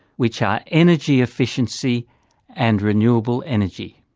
which are energy efficiency and renewable energy.